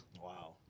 Wow